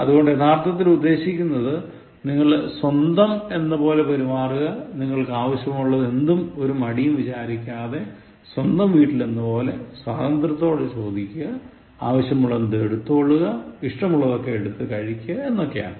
അതുകൊണ്ട് യഥാർത്ഥത്തിൽ ഉദ്ദേശിക്കുന്നത് നിങ്ങളുടെ സ്വന്തം എന്ന പോലെ പെരുമാറുക നിങ്ങൾക്ക് ആവശ്യമുള്ളത് എന്തും ഒരു മടിയും വിചാരിക്കാതെ സ്വന്തം വീട്ടിൽ എന്ന പോലെ സ്വാതന്ത്ര്യത്തോടെ ചോദിക്കുക ആവശ്യമുള്ളതെന്തും എടുത്തോളുക ഇഷ്ടമുള്ളതൊക്കെ എടുത്തു കഴിക്കുക എന്നൊക്കെയാണ്